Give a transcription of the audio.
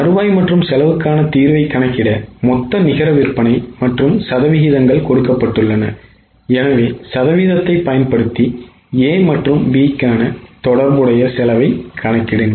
வருவாய் மற்றும் செலவுக்கான தீர்வை கணக்கிட மொத்த நிகர விற்பனை மற்றும் சதவீதங்கள் கொடுக்கப்பட்டுள்ளன எனவே சதவீதத்தை பயன்படுத்தி A மற்றும் B க்கான தொடர்புடைய செலவைக் கணக்கிடுங்கள்